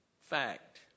fact